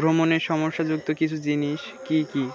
ভ্রমণের সমস্যাযুক্ত কিছু জিনিস কী কী